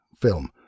film